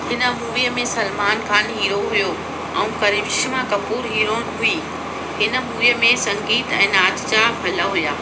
हिन मूवीअ में सलमान खान हीरो हुयो ऐं करिश्मा कपूर हीरोईन हुई हिन मूवीअ में संगीत ऐं नाच जा हल हुया